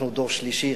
אנחנו דור שלישי,